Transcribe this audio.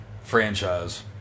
franchise